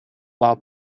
while